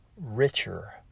richer